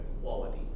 quality